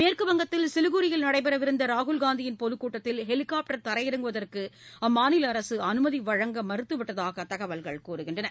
மேற்கு வங்கத்தில் சிலிகுரியில் நடைபெறவிருந்த ராகுல் காந்தியின் பொதுக்கூட்டத்தில் ஹெலிகாப்டர் தரையிறங்குவதற்கு அம்மாநில அரசு அனுமதி வழங்க மறுத்துவிட்டதாக தகவல்கள் கூறுகின்றன